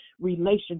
relationship